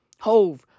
Hove